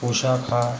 पोशाख हा